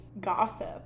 gossip